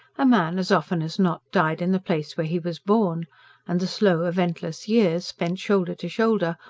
a man as often as not died in the place where he was born and the slow, eventless years, spent shoulder to shoulder,